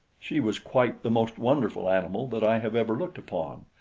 she was quite the most wonderful animal that i have ever looked upon,